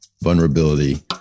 vulnerability